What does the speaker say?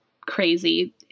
crazy